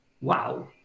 wow